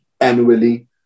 annually